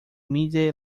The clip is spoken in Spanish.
mide